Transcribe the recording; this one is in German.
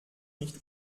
nicht